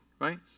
right